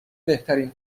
بهترین